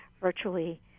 virtually